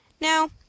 Now